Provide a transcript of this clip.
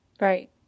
Right